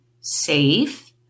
safe